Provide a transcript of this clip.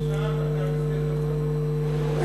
עכשיו אתה בסדר גמור.